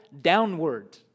downward